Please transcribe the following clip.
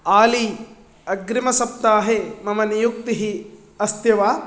आली अग्रिमसप्ताहे मम नियुक्तिः अस्ति वा